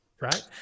right